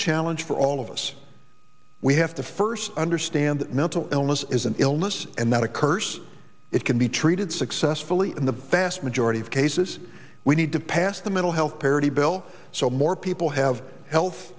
challenge for all of us we have to first understand mental illness is an illness and that occurs it can be treated successfully in the vast majority of cases we need to pass the mental health parity bill so more people have health